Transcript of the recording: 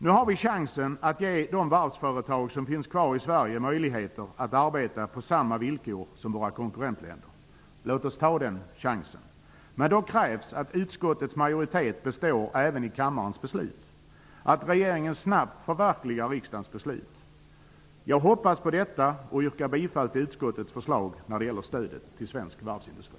Nu har vi chansen att ge de varvsföretag som finns kvar i Sverige möjligheter att arbeta på samma villkor som våra konkurrentländers varvsföretag. Låt oss ta den chansen! Men då krävs att utskottets majoritet består även i kammarens beslut och att regeringen snabbt förverkligar riksdagens beslut. Jag hoppas på detta och yrkar bifall till utskottets förslag när det gäller stödet till svensk varvsindustri.